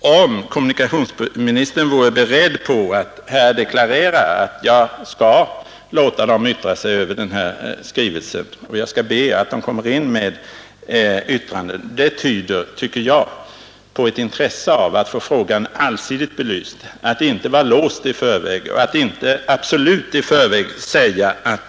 Om kommunikationsministern vore beredd att här deklarera att han skall be dem komma in med yttranden över skrivelsen, så skulle det tyda på ett intresse av att få frågan allsidigt belyst, att inte vara låst i förväg och att inte i förväg absolut bestämt säga att